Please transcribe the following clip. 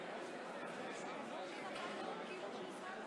את זכויות האדם,